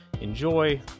Enjoy